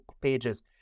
pages